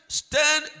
stand